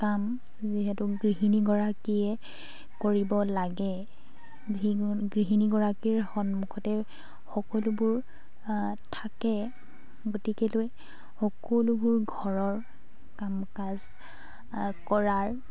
কাম যিহেতু গৃহিণীগৰাকীয়ে কৰিব লাগে গৃহিণীগৰাকীৰ সন্মুখতে সকলোবোৰ থাকে গতিকেলৈ সকলোবোৰ ঘৰৰ কাম কাজ কৰাৰ